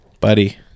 Buddy